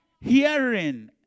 hearing